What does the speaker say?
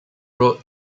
wrote